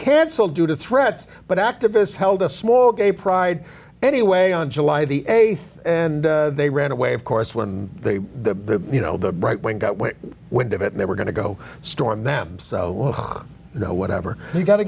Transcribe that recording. cancelled due to threats but activists held a small gay pride anyway on july the a and they ran away of course when the you know the right wing got wind of it and they were going to go storm them so you know whatever you've got to